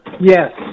Yes